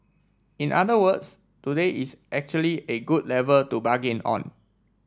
in other words today is actually a good level to bargain on